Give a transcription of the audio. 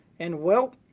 and, well,